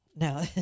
No